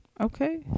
Okay